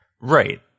Right